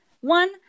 One